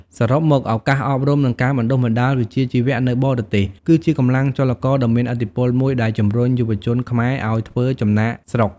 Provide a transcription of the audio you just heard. សរុបមក ឱកាសអប់រំ និងការបណ្ដុះបណ្ដាលវិជ្ជាជីវៈនៅបរទេស គឺជាកម្លាំងចលករដ៏មានឥទ្ធិពលមួយដែលជំរុញយុវជនខ្មែរឱ្យធ្វើចំណាកស្រុក។